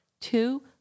two